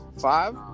Five